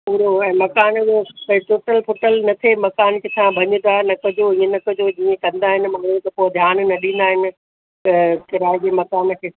पूरो ऐं मकान जो भई टुटल फ़ुटल न थिए मकान किथां भञ ड्राह न कजो ईअं न कजो जीअं कंदा आहिनि माण्हू त पोइ ध्यानु न ॾींदा आहिनि त किराये जे मकान खे